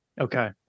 Okay